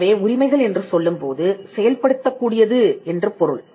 எனவே உரிமைகள் என்று சொல்லும்போது செயல்படுத்தக் கூடியது என்று பொருள்